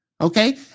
Okay